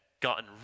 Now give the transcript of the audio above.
gotten